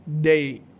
Day